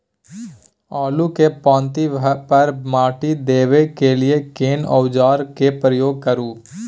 आलू के पाँति पर माटी देबै के लिए केना औजार के प्रयोग करू?